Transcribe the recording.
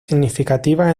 significativas